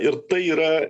ir tai yra